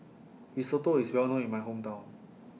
Risotto IS Well known in My Hometown